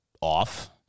off